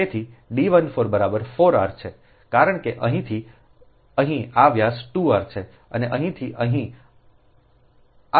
તેથી D 14 બરાબર 4 r છે કારણ કે અહીંથી અહીં આ વ્યાસ 2 r છે અને અહીં અહીં r છે